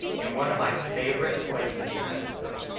in one of my favorite places in evansville.